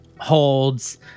holds